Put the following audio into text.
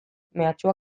mehatxua